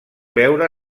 veure